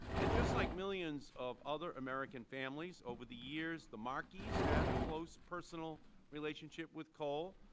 and just like millions of other american families over the years, the markeys had a close personal relationship with coal.